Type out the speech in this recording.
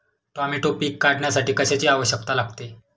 Tomato पीक काढण्यासाठी कशाची आवश्यकता लागते?